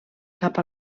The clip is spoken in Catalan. cap